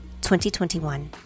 2021